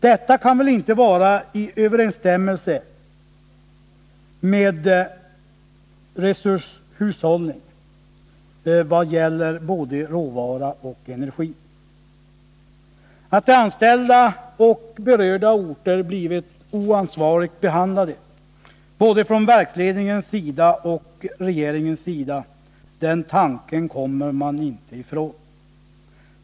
Detta kan väl inte vara i överensstämmelse med vad som sagts om resurshushållning vad gäller råvara och energi? Tanken, att de anställda och berörda orter blivit oansvarigt behandlade både från verksledningens och från regeringens sida, kommer man inte ifrån.